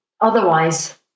Otherwise